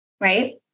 right